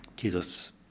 Jesus